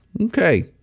Okay